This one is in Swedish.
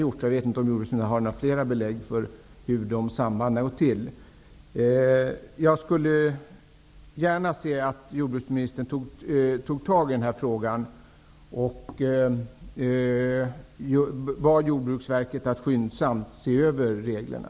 Jordbruksministern har kanske fler belägg för sådana här samband. Jag skulle också gärna se att jordbruksministern tog itu med frågan och att han bad Jordbruksverket att skyndsamt se över reglerna.